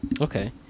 okay